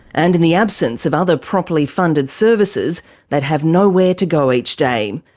and in the absence of other properly funded services they'd have nowhere to go each day.